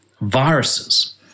viruses